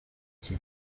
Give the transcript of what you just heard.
iki